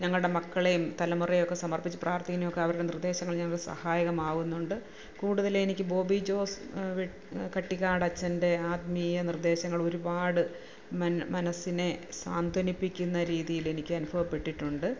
ഞങ്ങളുടെ മക്കളയും തലമുറയൊക്കെ സമർപ്പിച്ച് പ്രാർത്ഥിക്കുന്നതൊക്കെ അവരുടെ നിർദ്ദേശങ്ങൾ ഞങ്ങൾ സഹായകം ആവുന്നുണ്ട് കൂടുതല് എനിക്ക് ബോബി ജോസ് കട്ടികാടച്ഛൻ്റെ ആത്മീയ നിർദ്ദേശങ്ങള് ഒരുപാട് മനസ്സിനെ സ്വാന്തനിപ്പിക്കുന്ന രീതിയിലെനിക്ക് അനുഭവപ്പെട്ടിട്ടുണ്ട്